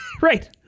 Right